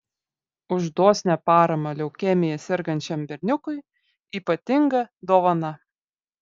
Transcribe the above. už dosnią paramą leukemija sergančiam berniukui ypatinga dovana